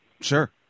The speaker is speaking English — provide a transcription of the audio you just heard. Sure